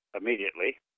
immediately